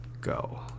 go